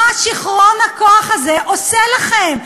מה שיכרון הכוח הזה עושה לכם?